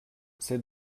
c’est